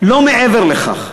לא מעבר לכך.